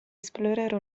esplorare